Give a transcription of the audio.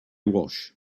wash